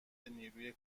نیروی